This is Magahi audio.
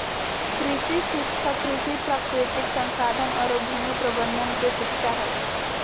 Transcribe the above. कृषि शिक्षा कृषि, प्राकृतिक संसाधन औरो भूमि प्रबंधन के शिक्षा हइ